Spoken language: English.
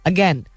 Again